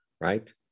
right